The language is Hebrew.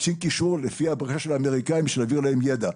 כקצין קישור --- של האמריקאים בשביל להעביר להם ידע,